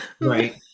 right